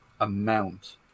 amount